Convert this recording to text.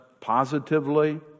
positively